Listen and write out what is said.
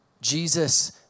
Jesus